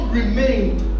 remained